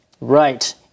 Right